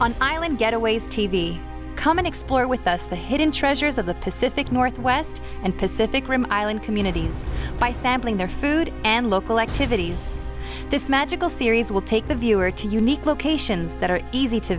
on island getaways t v come and explore with us the hidden treasures of the pacific northwest and island communities by sampling their food and local activities this magical series will take the viewer to unique locations that are easy to